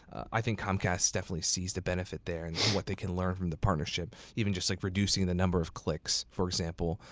i think comcast definitely sees the benefit there and what they can learn from the partnership, even like reducing the number of clicks, for example,